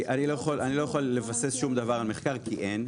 אני לא יכול לבסס שום דבר על מחקר כי אין,